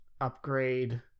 upgrade